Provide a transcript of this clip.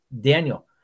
Daniel